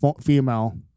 female